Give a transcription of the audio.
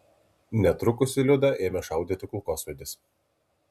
netrukus į liudą ėmė šaudyti kulkosvaidis